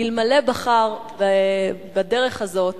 אלמלא בחר בדרך הזאת